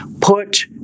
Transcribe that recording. Put